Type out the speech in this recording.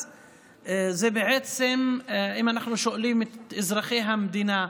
אם אנחנו שואלים את אזרחי המדינה: